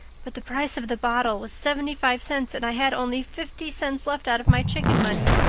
but the price of the bottle was seventy-five cents and i had only fifty cents left out of my chicken money.